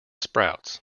sprouts